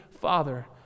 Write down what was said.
father